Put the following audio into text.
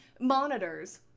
monitors